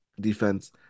defense